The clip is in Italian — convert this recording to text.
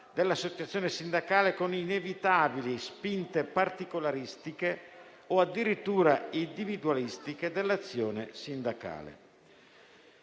dell'associazione sindacale stessa, con inevitabili spinte particolaristiche o addirittura individualistiche dell'azione sindacale.